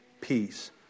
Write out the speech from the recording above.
peace